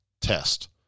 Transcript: test